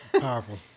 Powerful